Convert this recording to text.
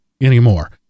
anymore